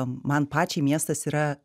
man pačiai miestas yra